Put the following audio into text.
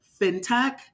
fintech